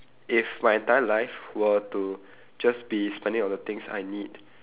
if my entire life were to just be spending on the things I need